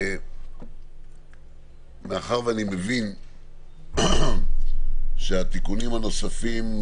מאחר שאני מבין שהתיקונים הנוספים,